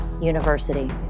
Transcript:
University